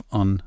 on